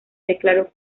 declaró